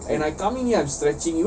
exactly